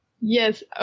Yes